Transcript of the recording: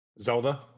Zelda